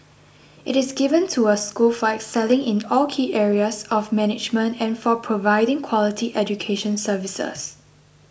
it is given to a school for excelling in all key areas of management and for providing quality education services